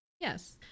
Yes